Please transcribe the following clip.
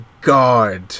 God